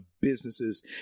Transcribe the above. businesses